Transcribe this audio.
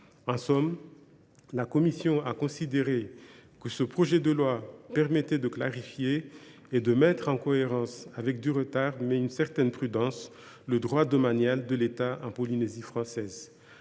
En somme, la commission des lois a considéré que le présent projet de loi permettait de clarifier et de mettre en cohérence, avec du retard, mais une certaine prudence, le droit domanial de l’État en Polynésie française.